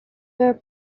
were